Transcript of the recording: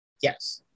Yes